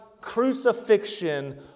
crucifixion